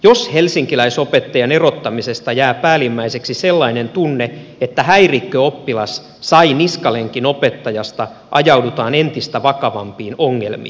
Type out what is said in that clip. jos helsinkiläisopettajan erottamisesta jää päällimmäiseksi sellainen tunne että häirikköoppilas sai niskalenkin opettajasta ajaudutaan entistä vakavampiin ongelmiin